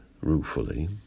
ruefully